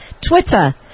Twitter